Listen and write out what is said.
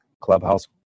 Clubhouse